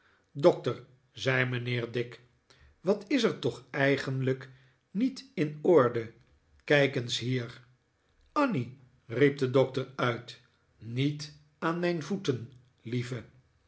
doctor zei mijnheer dick wat is er toch eigenlijk niet in orde kijk eens hier annie riep de doctor uit niet aan mijn voeten lievel